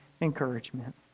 encouragement